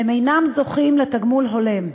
הם אינם זוכים לתגמול הולם,